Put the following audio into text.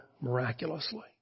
miraculously